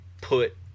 put